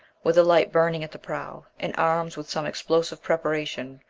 with a light burning at the prow, and armed with some explosive preparation,